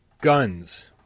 guns